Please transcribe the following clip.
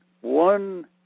One